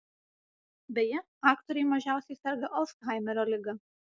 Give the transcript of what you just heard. beje aktoriai mažiausiai serga alzhaimerio liga